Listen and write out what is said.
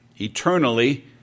eternally